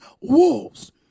wolves